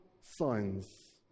signs